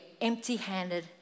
empty-handed